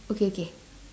okay okay